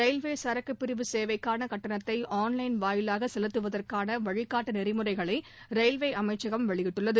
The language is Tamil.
ரயில்வே சரக்கு பிரிவு சேவைக்கான கட்டணத்தை ஆன் லைன் வாயிலாக செலுத்துவதற்கான வழிகாட்டு நெறிமுறைகளை ரயில்வே அமைச்சகம் வெளியிட்டுள்ளது